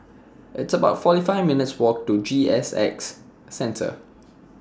It's about forty five minutes' Walk to G S X Centre